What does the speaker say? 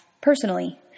personally